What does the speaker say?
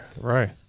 right